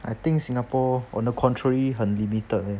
I think singapore on the contrary 很 limited eh